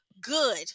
good